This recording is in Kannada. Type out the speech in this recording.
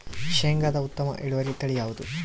ಶೇಂಗಾದ ಉತ್ತಮ ಇಳುವರಿ ತಳಿ ಯಾವುದು?